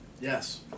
Yes